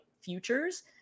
futures